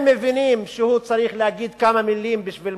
הם מבינים שהוא צריך להגיד כמה מלים בשביל